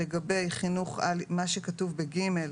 מה שכתוב ב-(ג),